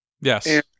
Yes